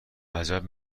عجب